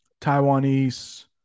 taiwanese